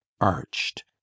arched